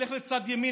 לך לצד ימין,